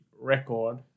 record